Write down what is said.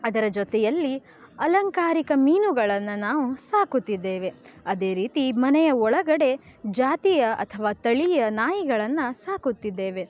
ಅದರ ಜೊತೆಯಲ್ಲಿ ಅಲಂಕಾರಿಕ ಮೀನುಗಳನ್ನು ನಾವು ಸಾಕುತ್ತಿದ್ದೇವೆ ಅದೇ ರೀತಿ ಮನೆಯ ಒಳಗಡೆ ಜಾತಿಯ ಅಥವಾ ತಳಿಯ ನಾಯಿಗಳನ್ನು ಸಾಕುತ್ತಿದ್ದೇವೆ